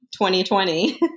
2020